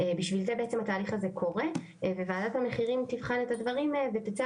בשביל זה בעצם התהליך הזה קורה וועדת המחירים תבחן את הדברים ותצא